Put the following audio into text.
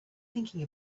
thinking